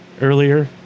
earlier